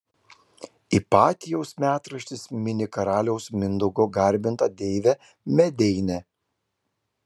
ipatijaus metraštis mini karaliaus mindaugo garbintą deivę medeinę